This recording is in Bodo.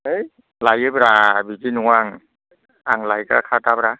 है लायोब्रा बिदि नङा आं आं लायग्रा खाथारब्रा